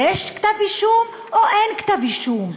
יש כתב אישום או אין כתב אישום?